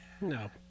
No